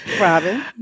Robin